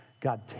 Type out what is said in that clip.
God